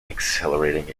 exhilarating